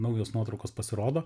naujos nuotraukos pasirodo